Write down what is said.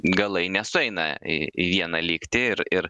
galai nesueina į į vieną lygtį ir ir